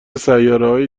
سیارههای